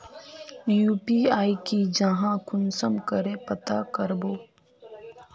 UPI की जाहा कुंसम करे पता करबो?